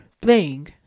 playing